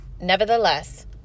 nevertheless